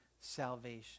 Salvation